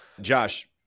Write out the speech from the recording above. Josh